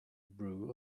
brew